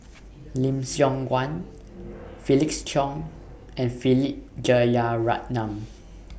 Lim Siong Guan Felix Cheong and Philip Jeyaretnam